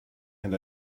and